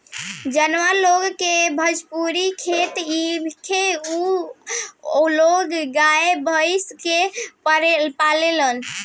जावना लोग के भिजुन खेत नइखे उ लोग गाय, भइस के पालेलन